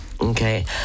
okay